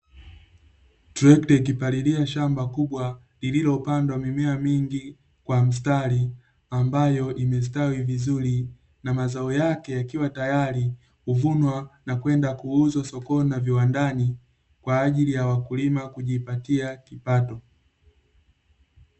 Trekta ikipalilia shamba kubwa lililopandwa mimea mingi kwa mstari ambayo imestawi vizuri, na mazao yake yakiwa tayari kuvunwa na kwenda kuuzwa sokoni na viwandani, kwa ajili ya wakulima kujipatia kipato.